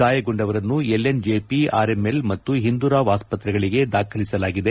ಗಾಯಗೊಂಡವರನ್ನು LNJP RML ಮತ್ತು ಹಿಂದೂರಾವ್ ಆಸ್ಪತ್ರೆಗಳಿಗೆ ದಾಖಲಿಸಲಾಗಿವೆ